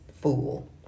fool